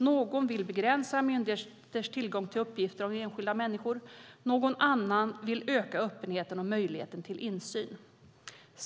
Någon vill begränsa myndigheters tillgång till uppgifter om enskilda människor. Någon annan vill öka öppenheten och möjligheten till insyn.